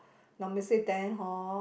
normally say then hor